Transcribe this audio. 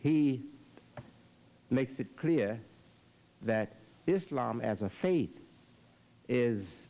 he makes it clear that islam as a faith is